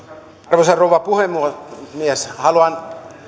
arvoisa rouva puhemies haluan